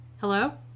Hello